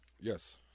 Yes